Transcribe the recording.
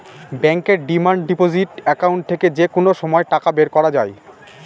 ব্যাঙ্কের demand deposit account থেকে যে কোনো সময় টাকা বের করা যায়